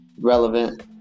relevant